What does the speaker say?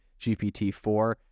GPT-4